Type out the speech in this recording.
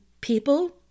people